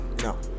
No